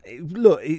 Look